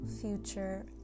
future